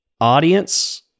audience